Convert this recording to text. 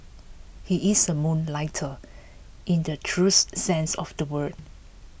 he is a moonlighter in the truest sense of the word